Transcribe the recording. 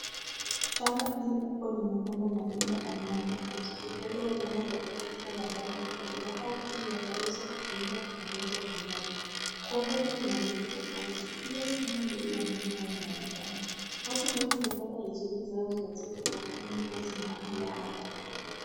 Shamba hili kubwa limepandwa matunda aina ya manazi, hutolewa ganda la juu kisha la ndani likaliwa au pia yanaweza kutumika kutengeneza kinywaji. Kwa umbali kuna miti tofauti, pia sehemu ndogo ya mlima unaonekana. Watu wengi hupata riziki zao za siku kwa kufanya kazi mahali hapa.